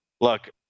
look